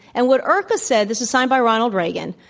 and what irca said this is signed by ronald reagan,